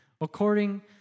according